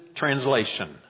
Translation